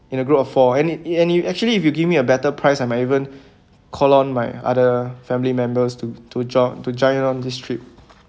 in a group of four and and you actually if you give me a better price I might even call on my other family members to to jo~ to join on this trip